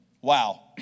Wow